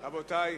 רבותי,